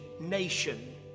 nation